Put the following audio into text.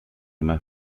más